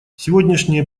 сегодняшние